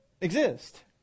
exist